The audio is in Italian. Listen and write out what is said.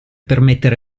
permettere